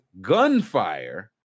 gunfire